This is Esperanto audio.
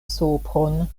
sopron